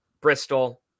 bristol